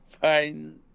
fine